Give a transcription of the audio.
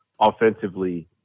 offensively